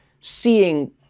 seeing